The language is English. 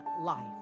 life